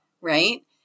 right